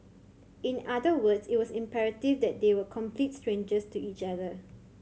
in other words it was imperative that they were complete strangers to each other